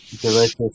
delicious